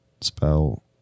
spell